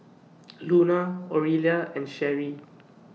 Luna Orilla and Sherrie